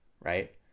right